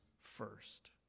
first